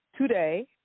today